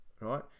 Right